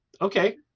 okay